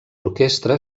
orquestra